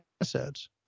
assets